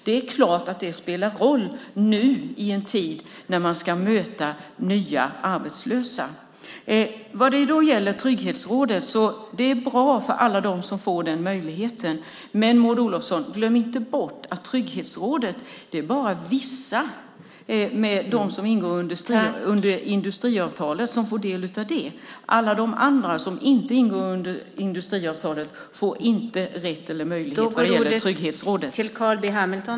Det är klart att det spelar roll i en tid när man ska möta nya arbetslösa. Trygghetsrådet är bra för alla dem som får denna möjlighet. Men, Maud Olofsson, glöm inte bort att det bara är de som ingår i industriavtalet som får del av det! Alla andra får inte den möjligheten.